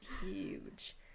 huge